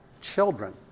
Children